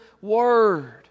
Word